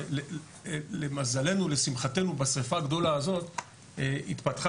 למזלנו ולשמחתנו בשריפה הגדולה הזאת התפתחה